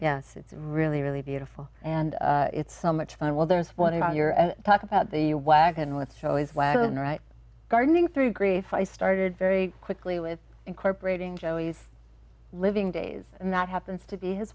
yes it's really really beautiful and it's so much fun well there's one of your and talk about the wagon with joe is wagon right gardening through grief i started very quickly with incorporating joey's living days and that happens to be his